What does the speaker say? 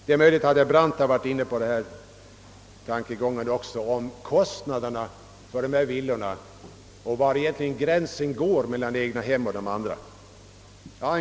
Han — och kanske även herr Brandt — var inne på frågan om kostnaderna för dessa villor och om var gränsen går mellan egnahem och andra villor.